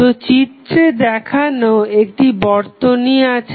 তো চিত্রে দেখানো একটি বর্তনী আছে